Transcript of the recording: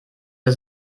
der